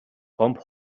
гомбо